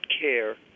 care